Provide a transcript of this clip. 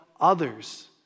others